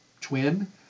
twin